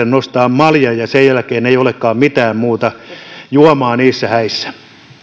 nostaa morsiusparille maljan ja sen jälkeen ei olekaan mitään muuta juomaa niissä häissä